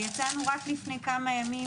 יצאנו רק לפני כמה ימים,